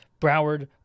Broward